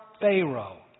Pharaoh